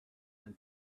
and